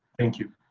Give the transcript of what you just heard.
thank you.